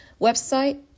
website